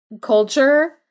culture